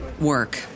work